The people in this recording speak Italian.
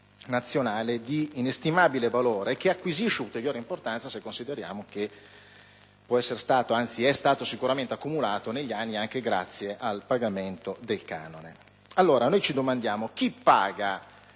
nazionale di inestimabile valore, che acquisisce ulteriore importanza, se consideriamo che può essere - anzi, è stato sicuramente - accumulato negli anni anche grazie al pagamento del canone. Allora, ci domandiamo: chi paga